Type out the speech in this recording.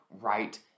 right